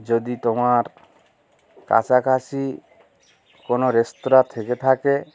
যদি তোমার কাছাকাছি কোনো রেস্তোরাঁ থেকে থাকে